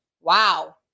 Wow